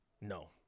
no